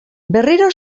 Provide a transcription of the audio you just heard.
berriro